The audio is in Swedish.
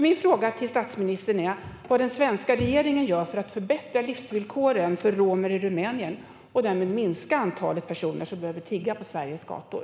Min fråga till statsministern är: Vad gör den svenska regeringen för att förbättra livsvillkoren för romer i Rumänien och därmed minska antalet personer som behöver tigga på Sveriges gator?